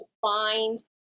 find